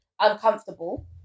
uncomfortable